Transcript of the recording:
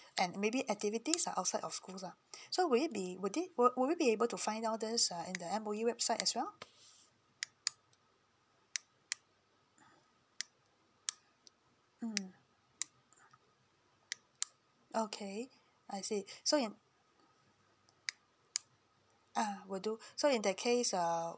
and maybe activities are outside of school lah so will it be would it would would it be able to find out these uh in the M_O_E website as well mm okay I see so in ah will do so in that case err